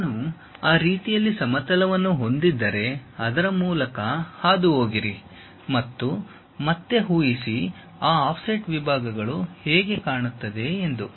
ನಾನು ಆ ರೀತಿಯಲ್ಲಿ ಸಮತಲವನ್ನು ಹೊಂದಿದ್ದರೆ ಅದರ ಮೂಲಕ ಹಾದುಹೋಗಿರಿ ಮತ್ತು ಮತ್ತೆ ಊಹಿಸಿ ಆ ಆಫ್ಸೆಟ್ ವಿಭಾಗಗಳು ಹೇಗೆ ಕಾಣುತ್ತದೆ ಎಂದು